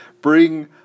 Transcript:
bring